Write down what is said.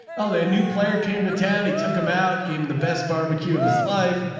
oh, the new player came to town. he took him out, gave him the best barbecue of his life.